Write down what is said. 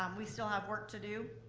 um we still have work to do,